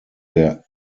der